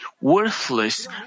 worthless